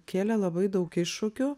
kėlė labai daug iššūkių